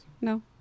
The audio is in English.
no